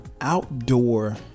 Outdoor